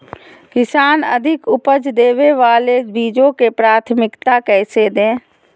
किसान अधिक उपज देवे वाले बीजों के प्राथमिकता कैसे दे?